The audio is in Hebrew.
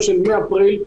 אפשר ללמוד גם מאבו דאבי.